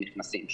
נכנסים שם,